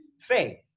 faith